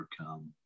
overcome